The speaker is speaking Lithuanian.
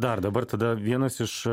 dar dabar tada vienas iš